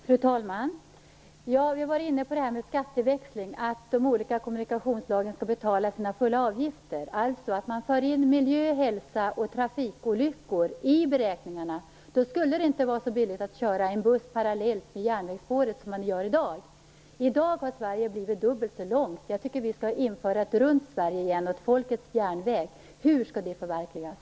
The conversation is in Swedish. Fru talman! Vi har varit inne på frågan om skatteväxling och att de olika kommunikationsslagen skall betala sina fulla avgifter. Det innebär alltså att man för in miljö, hälsa och trafikolyckor i beräkningarna. Då skulle det inte vara så billigt att köra en buss parallellt med järnvägsspåret som man gör i dag. I dag har Sverige blivit dubbelt så långt. Jag tycker att vi skall införa ett runt Sverige igen och en folkets järnväg. Hur skall det förverkligas?